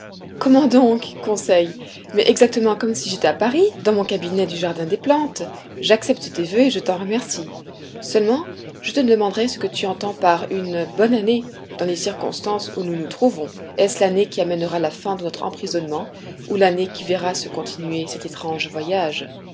comment donc conseil mais exactement comme si j'étais à paris dans mon cabinet du jardin des plantes j'accepte tes voeux et je t'en remercie seulement je te demanderai ce que tu entends par une bonne année dans les circonstances où nous nous trouvons est-ce l'année qui amènera la fin de notre emprisonnement ou l'année qui verra se continuer cet étrange voyage